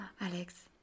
Alex